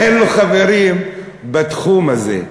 אין לו חברים בתחום הזה,